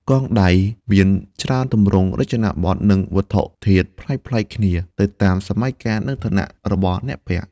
កងដៃ មានច្រើនទម្រង់ រចនាបថ និងវត្ថុធាតុប្លែកៗគ្នា ទៅតាមសម័យកាល និងឋានៈរបស់អ្នកពាក់។